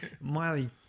Miley